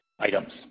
items